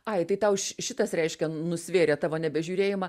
ai tai tau šitas reiškia nusvėrė tavo nebežiurėjimą